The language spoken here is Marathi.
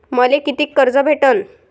मले कितीक कर्ज भेटन?